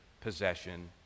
possession